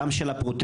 גם של הפרוטקשן,